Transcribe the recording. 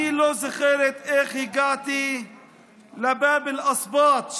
אני לא זוכרת איך הגעתי לבאב אל-אסבאט,